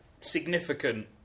significant